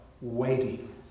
waiting